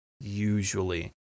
usually